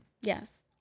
Yes